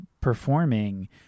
performing